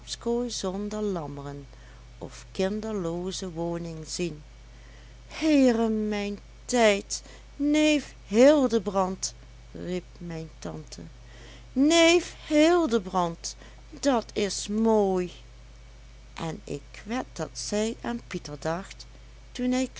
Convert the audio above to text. lammeren of kinderlooze woning zien heeremijntijd neef hildebrand riep mijn tante neef hildebrand dat is mooi en ik wed dat zij aan pieter dacht toen hij